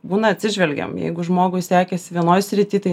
būna atsižvelgiam jeigu žmogui sekėsi vienoj srity tai